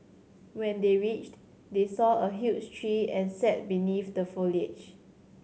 when they reached they saw a huge tree and sat beneath the foliage